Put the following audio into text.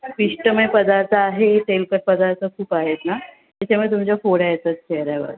पिष्टमय पदार्थ आहे तेलकट पदार्थ खूप आहेत ना त्याच्यामुळे तुमच्या फोड येतात चेहऱ्यावर